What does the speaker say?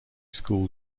school